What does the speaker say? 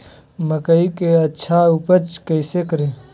मकई की अच्छी उपज कैसे करे?